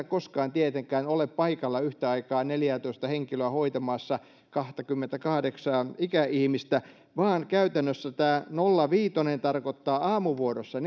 koskaan tietenkään ole paikalla yhtä aikaa neljäätoista henkilöä hoitamassa kahtakymmentäkahdeksaa ikäihmistä vaan käytännössä tämä nolla pilkku viisi tarkoittaa aamuvuorossa